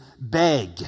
beg